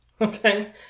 Okay